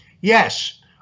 yes